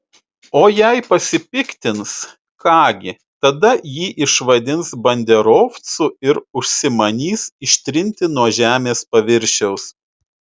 o jei pasipiktins ką gi tada jį išvadins banderovcu ir užsimanys ištrinti nuo žemės paviršiaus